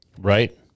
Right